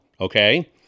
okay